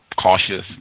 cautious